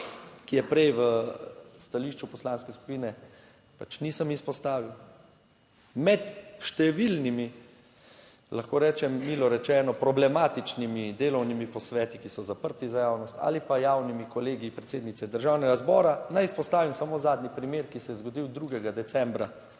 ki je prej v stališču poslanske skupine pač nisem izpostavil. Med številnimi, lahko rečem, milo rečeno problematičnimi delovnimi posveti, ki so zaprti za javnost ali pa javnimi kolegi predsednice Državnega zbora - naj izpostavim samo zadnji primer, ki se je zgodil 2. decembra